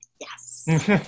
yes